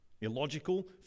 illogical